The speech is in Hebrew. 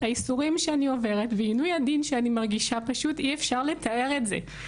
הייסורים שאני עוברת ועינוי הדין שאני מרגישה פשוט אי אפשר לתאר את זה.